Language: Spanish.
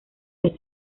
tres